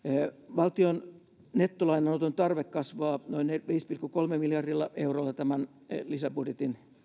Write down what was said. valtion nettolainanoton tarve kasvaa noin viidellä pilkku kolmella miljardilla eurolla tämän lisäbudjetin